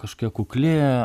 kažkokia kukli